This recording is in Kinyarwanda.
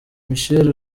michelle